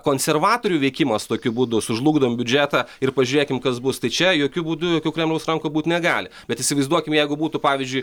konservatorių veikimas tokiu būdu sužlugdom biudžetą ir pažiūrėkim kas bus tai čia jokiu būdu jokių kremliaus rankų būt negali bet įsivaizduokim jeigu būtų pavyzdžiui